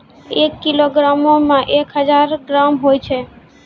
एक किलोग्रामो मे एक हजार ग्राम होय छै